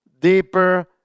deeper